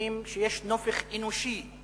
אומרים שיש נופך אנושי,